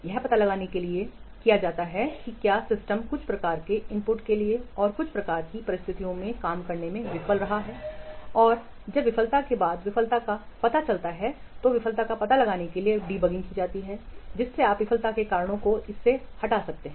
यह पता लगाने के लिए किया जाता है कि क्या सिस्टम कुछ प्रकार के इनपुट के लिए और कुछ प्रकार की परिस्थितियों में काम करने में विफल रहता है और जब विफलता के बाद विफलता का पता चलता है तो विफलता का पता लगाने के लिए डिबगिंग किजाती है जिससे आप विफलता के कारणों हो इससे हटा सकते हैं